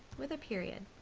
with a period